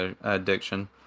addiction